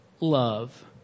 love